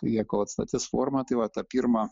jie kol atstatis formą tai va tą pirmą